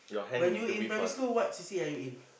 when you in primary school what C_C_A are you in